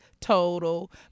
total